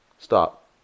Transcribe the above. Stop